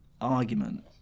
argument